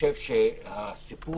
וישר החזיר